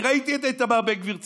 אני ראיתי את איתמר בן גביר צועק,